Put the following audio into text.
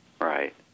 Right